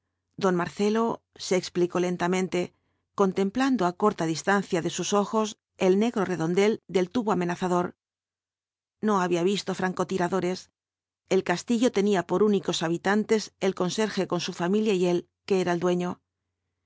don marcelo se explicó lentamente contemplando á corta distancia de sus ojos el negro redondel del tubo amenazador no había visto francotiradores el castillo tenía por únicos habitantes el conserje con su familia y él que era el dueño